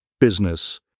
Business